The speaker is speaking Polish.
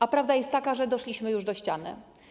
A prawda jest taka, że doszliśmy już do ściany.